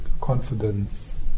confidence